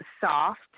soft